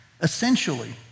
essentially